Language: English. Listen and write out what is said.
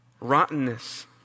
rottenness